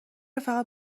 فقط